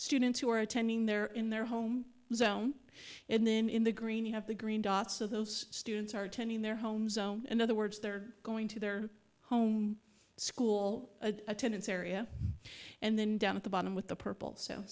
students who are attending there in their home zone and then in the green you have the green dots of those students are attending their homes in other words they're going to their home school attendance area and then down at the bottom with the purple so